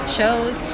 shows